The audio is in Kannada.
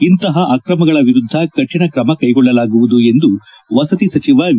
ಇಂತಹ ಆಕ್ರಮಗಳ ವಿರುದ್ದ ಕಠಿಣ ಕ್ರಮ ಕೈಗೊಳ್ಳಲಾಗುವುದು ಎಂದು ವಸತಿ ಸಚಿವ ವಿ